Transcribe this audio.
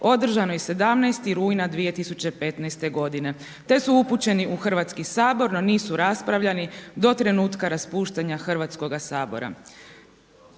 održanoj 17. rujna 2015. godine te su upućeni u Hrvatski sabor no nisu raspravljani do trenutka raspuštanja Hrvatskoga sabora.